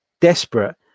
Desperate